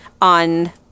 on